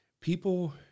People